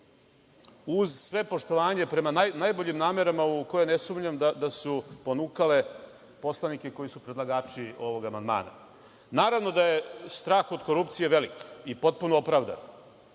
uz sve poštovanje prema najboljim namerama u koje ne sumnjam da su ponukale poslanike koji su predlagači ovog amandmana. Naravno da je strah od korupcije veliki i potpuno opravdan